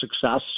success